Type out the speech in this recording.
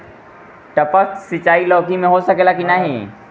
टपक सिंचाई लौकी में हो सकेला की नाही?